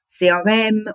CRM